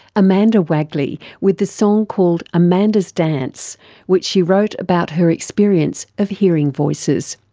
amanda waegeli with the song called amanda's dance which she wrote about her experience of hearing voices.